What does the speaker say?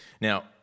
Now